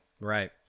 Right